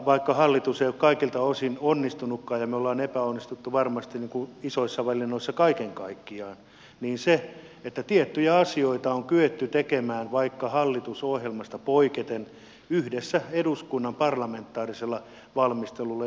vaikka hallitus ei ole kaikilta osin onnistunutkaan ja me olemme epäonnistuneet varmasti isoissa valinnoissa kaiken kaikkiaan niin tiettyjä asioita on kyetty tekemään vaikka hallitusohjelmasta poiketen yhdessä eduskunnan parlamentaarisella valmistelulla